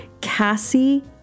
Cassie